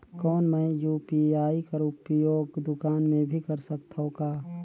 कौन मै यू.पी.आई कर उपयोग दुकान मे भी कर सकथव का?